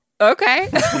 Okay